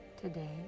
today